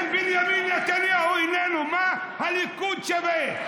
אם בנימין נתניהו איננו, מה הליכוד שווה?